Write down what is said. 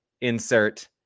insert